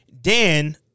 Dan